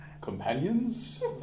companions